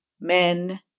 men